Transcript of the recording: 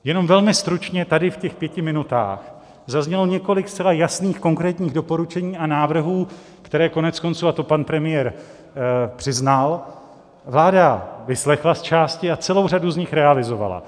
Jenom velmi stručně tady v těch pěti minutách zaznělo několik zcela jasných konkrétních doporučení a návrhů, které koneckonců, a to pan premiér přiznal, vláda vyslechla zčásti a celou řadu z nich realizovala.